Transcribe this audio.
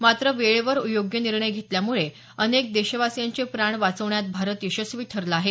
मात्र वेळेवर योग्य निर्णय घेतल्यामुळे अनेक देशवासियांचे प्राण वाचवण्यात भारत यशस्वी ठरला आहे